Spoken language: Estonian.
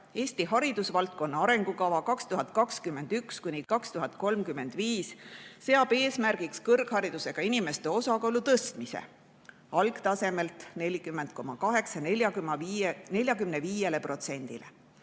"Eesti haridusvaldkonna arengukava 2021–2035" seab eesmärgiks kõrgharidusega inimeste osakaalu tõstmise algtasemelt 40,8%